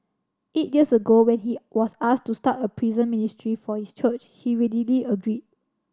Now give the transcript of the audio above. eight years ago when he was asked to start a prison ministry for his church he readily agreed